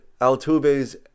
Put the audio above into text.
Altuve's